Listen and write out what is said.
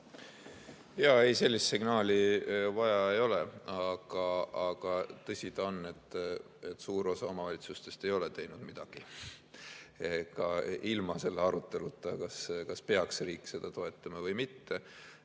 Ei, sellist signaali vaja ei ole, aga tõsi ta on, et suur osa omavalitsustest ei ole teinud midagi, ka ilma aruteluta, kas peaks riik seda toetama või mitte.